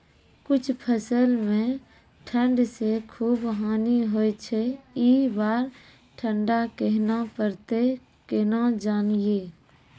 कुछ फसल मे ठंड से खूब हानि होय छैय ई बार ठंडा कहना परतै केना जानये?